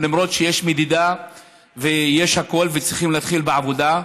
למרות שיש מדידה ויש הכול וצריכים להתחיל בעבודה.